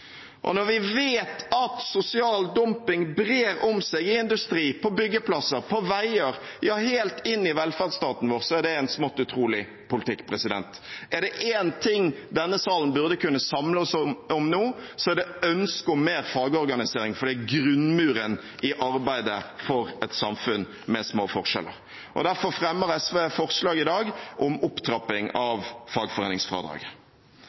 fagforening. Når vi vet at sosial dumping brer om seg i industri, på byggeplasser, på veier, ja helt inn i velferdsstaten vår, er det en smått utrolig politikk. Er det én ting denne salen burde kunne samle seg om nå, er det ønsket om mer fagorganisering, for det er grunnmuren i arbeidet for et samfunn med små forskjeller. Derfor fremmer SV forslag i dag om opptrapping